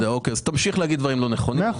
אוקיי, אז תמשיך להגיד דברים לא נכונים.